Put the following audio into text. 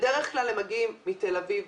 בדרך כלל הם מגיעים מתל אביב,